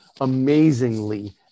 amazingly